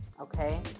Okay